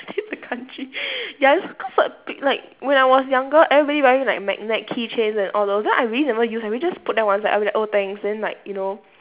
the country ya that's cause like p~ like when I was younger everybody wearing like magnet key chains and all those then I really never use eh we just put them one side I'll be like oh thanks then like you know